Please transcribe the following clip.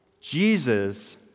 Jesus